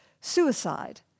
Suicide